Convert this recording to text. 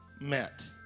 met